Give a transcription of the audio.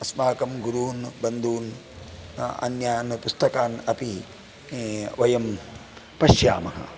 अस्माकं गुरून् बन्धून् अन्यान् पुस्तकान् अपि वयं पश्यामः